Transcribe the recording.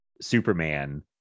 Superman